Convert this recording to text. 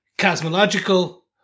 cosmological